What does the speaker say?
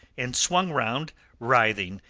and swung round writhing,